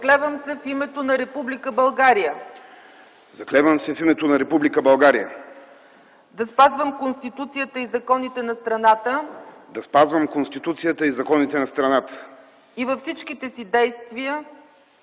„Заклевам се в името на Република България да спазвам Конституцията и законите на страната и във всичките си действия